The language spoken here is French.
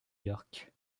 york